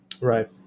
Right